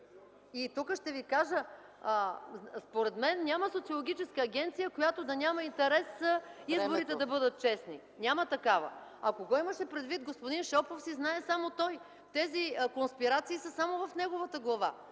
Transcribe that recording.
Тук ще ви кажа според мен няма социологическа агенция, която да няма интерес изборите да бъдат честни. Няма такава. А кого имаше предвид, господин Шопов, си знае само той. Тези конспирации са само в неговата глава.